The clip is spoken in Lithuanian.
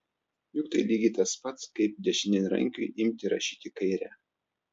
juk tai lygiai tas pats kaip dešiniarankiui imti rašyti kaire